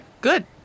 good